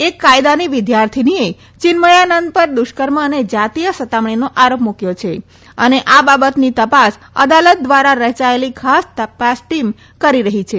એક કાયદાના વિદ્યાર્થીએ ચિન્મયાનંદ પર દુષ્કર્મ અને જાતીય સતામણીનો આરોપ મૂક્યો છે અને આ બાબતની તપાસ અદાલત દ્વારા રયાયેલી ખાસ તપાસ ટીમ કરી રહી છે